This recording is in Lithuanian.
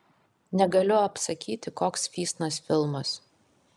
negaliu apsakyti koks fysnas filmas